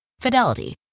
Fidelity